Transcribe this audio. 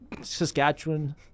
saskatchewan